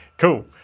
Cool